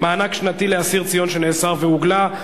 מענק שנתי לאסיר ציון שנאסר ושהוגלה).